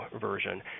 version